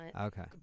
Okay